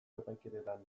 epaiketetan